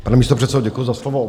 Pane místopředsedo, děkuji za slovo.